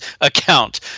account